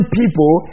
people